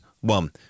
one